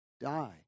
die